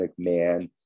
McMahon